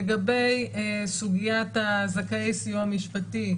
לגבי סוגיית זכאי הסיוע המשפטי,